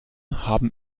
haben